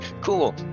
cool